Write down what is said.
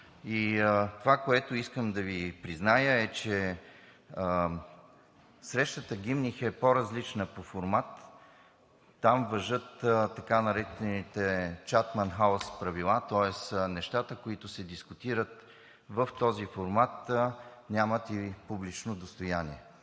това, което искам да Ви призная, е, че срещата „Гимних“ е по-различна по формат. Там важат така наречените „Чатъм Хаус“ правила, тоест нещата, които се дискутират в този формат и нямат публично достояние.